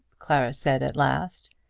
clara said at last,